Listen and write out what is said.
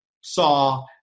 saw